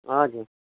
हजुर